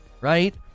right